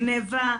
גניבה.